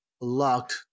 locked